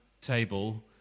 table